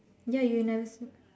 ya you never say